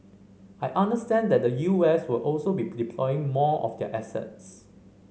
I understand that the U S will also be deploying more of their assets